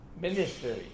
ministry